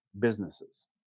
businesses